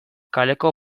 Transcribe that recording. kaleko